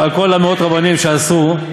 על כל מאות הרבנים שאסרו,